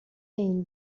این